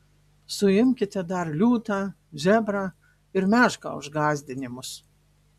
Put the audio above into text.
suimkite dar liūtą zebrą ir mešką už gąsdinimus